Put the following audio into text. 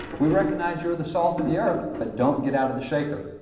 we recognize you're the salt of the earth, but don't get out of the shaker.